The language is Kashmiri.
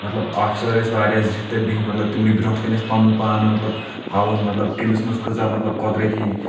مطلب آفِسر ٲسۍ واریاہ زِٹھۍ تَتِہ بِہِتھ مطلب تِمنٕے برونٛٹھٕ کَنہِ اسہِ پنُن پان مطلب ہاوُن مطلب کٔمِس منٛز کٲژاہ مطلب قۄدرٔتی